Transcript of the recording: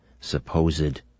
supposed